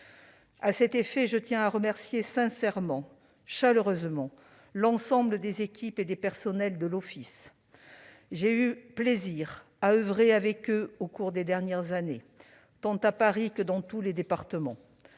À cet effet, je tiens à remercier sincèrement et chaleureusement, l'ensemble des équipes et des personnels de l'Office. J'ai eu plaisir à oeuvrer avec eux au cours des dernières années, à Paris comme dans tous les départements.